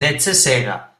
necesega